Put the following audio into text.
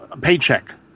paycheck